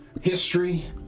history